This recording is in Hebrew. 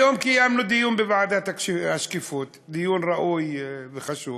היום קיימנו דיון בוועדת השקיפות, דיון ראוי וחשוב